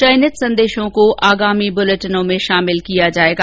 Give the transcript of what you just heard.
चयनित संदेशों को आगामी बुलेटिनों में शामिल किया जाएगा